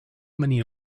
many